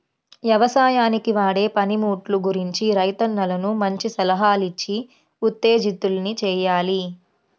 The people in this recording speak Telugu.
యవసాయానికి వాడే పనిముట్లు గురించి రైతన్నలను మంచి సలహాలిచ్చి ఉత్తేజితుల్ని చెయ్యాలి